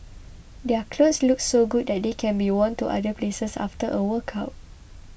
their clothes look so good that they can be worn to other places after a workout